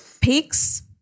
peaks